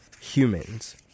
humans